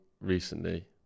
recently